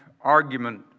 argument